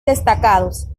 destacados